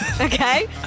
okay